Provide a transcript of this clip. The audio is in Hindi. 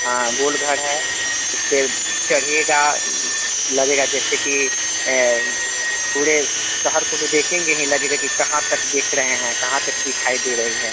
हाँ गोलघर है उस पर चढ़िएगा लगेगा जैसे कि पूरे शहर को तो देखेंगे ही लगेगा कि कहाँ तक देख रहे हैं कहाँ तक दिखाई दे रही है